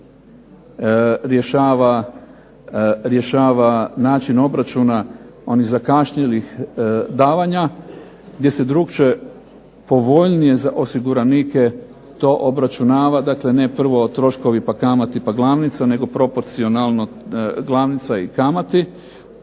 rješava način obračuna, onih zakašnjelih davanja gdje se drugačije povoljnije za osiguranike to obračunava, dakle ne prvo troškovi, pa kamate, pa glavnica nego proporcionalno glavnica i kamati